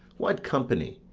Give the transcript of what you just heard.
what company,